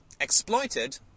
exploited